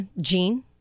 gene